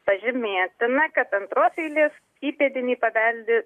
pažymėtina kad antros eilės įpėdiniai paveldi